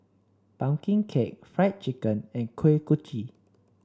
pumpkin cake Fried Chicken and Kuih Kochi